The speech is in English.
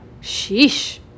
Sheesh